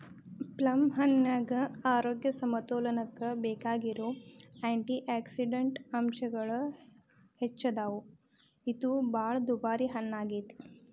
ಪ್ಲಮ್ಹಣ್ಣಿನ್ಯಾಗ ಆರೋಗ್ಯ ಸಮತೋಲನಕ್ಕ ಬೇಕಾಗಿರೋ ಆ್ಯಂಟಿಯಾಕ್ಸಿಡಂಟ್ ಅಂಶಗಳು ಹೆಚ್ಚದಾವ, ಇದು ಬಾಳ ದುಬಾರಿ ಹಣ್ಣಾಗೇತಿ